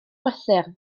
brysur